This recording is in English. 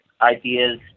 ideas